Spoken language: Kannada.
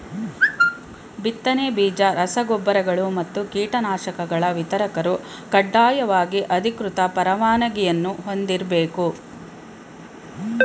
ಬಿತ್ತನೆ ಬೀಜ ರಸ ಗೊಬ್ಬರಗಳು ಮತ್ತು ಕೀಟನಾಶಕಗಳ ವಿತರಕರು ಕಡ್ಡಾಯವಾಗಿ ಅಧಿಕೃತ ಪರವಾನಗಿಯನ್ನೂ ಹೊಂದಿರ್ಬೇಕು